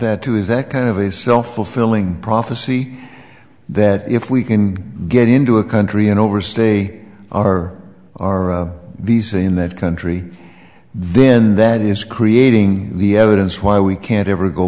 that too is that kind of a self fulfilling prophecy that if we can get into a country and overstay our our b c in that country then that is creating the evidence why we can't ever go